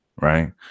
right